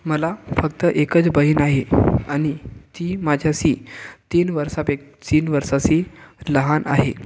मला फक्त एकच बहिण आहे आणि ती माझ्याशी तीन वर्षापैकी तीन वर्सासी लहान आहे